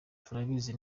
turabizi